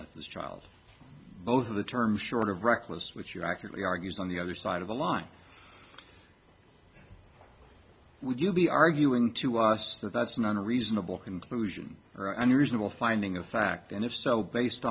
death this child both of the term short of reckless with your accurately argues on the other side of the line would you be arguing to us that that's not a reasonable conclusion or unreasonable finding of fact and if so based